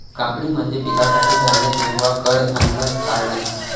कापणी म्हणजे पिकासाठी धान्य किंवा कडधान्ये काढणे